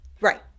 Right